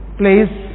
place